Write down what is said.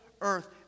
earth